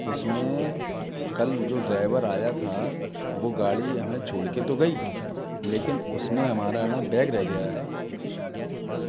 उसमें कल जो ड्राईवर आया था वो गाड़ी हमें छोड़ के तो गयी लेकिन उसमें हमारा न बैग रह गया है